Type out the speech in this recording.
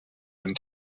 and